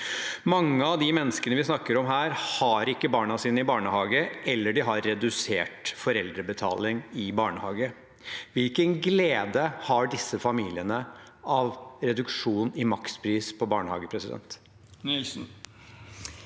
Mange av de menneskene vi snakker om her, har ikke barna sine i barnehage, eller de har redusert foreldrebetaling i barnehage. Hvilken glede har disse familiene av reduksjonen i makspris på barnehager? Mona Nilsen